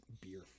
beer